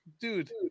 dude